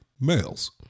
males